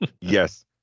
yes